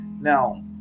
Now